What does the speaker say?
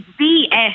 BS